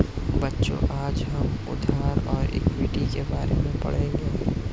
बच्चों आज हम उधार और इक्विटी के बारे में पढ़ेंगे